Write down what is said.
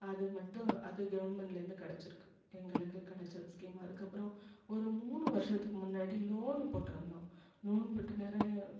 அது மட்டும் அது கவர்மண்ட்லேருந்து கிடச்சிருக்கு எங்களுக்கு கிடச்ச அது ஸ்கீம் அதுக்கப்புறம் ஒரு மூணு வருஷத்துக்கு முன்னாடி லோனு போட்டிருந்தோம் லோன் போட்டு நேரம்